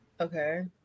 Okay